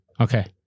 Okay